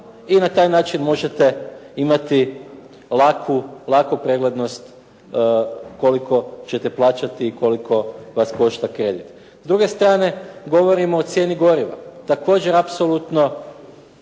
i na taj način možete imati laku preglednost koliko ćete plaćati i koliko vas košta kredit. S druge strane govorimo o cijeni goriva. Također apsolutno